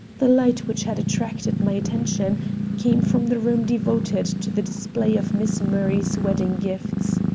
the light which had attracted my attention came from the room devoted to the display of miss murray's wedding-gifts.